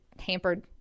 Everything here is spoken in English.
hampered